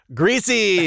greasy